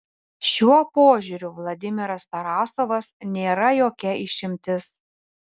šiuo požiūriu vladimiras tarasovas nėra jokia išimtis